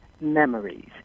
Memories